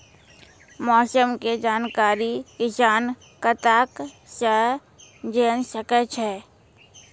मौसम के जानकारी किसान कता सं जेन सके छै?